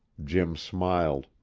jim smiled.